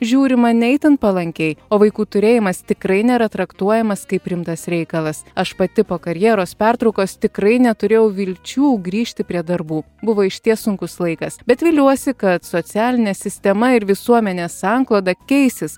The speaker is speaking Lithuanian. žiūrima ne itin palankiai o vaikų turėjimas tikrai nėra traktuojamas kaip rimtas reikalas aš pati po karjeros pertraukos tikrai neturėjau vilčių grįžti prie darbų buvo išties sunkus laikas bet viliuosi kad socialinė sistema ir visuomenės sankloda keisis